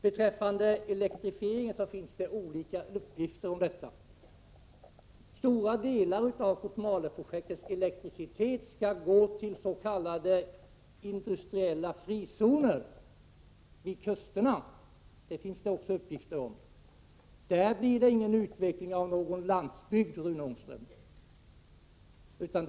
Beträffande elektrifieringen finns det olika uppgifter. Stora delar av Kotmaleprojektets elektricitet skall gå till s.k. industriella frizoner vid kusterna. Det finns det också uppgifter om. Där blir det ingen utveckling av någon landsbygd, Rune Ångström.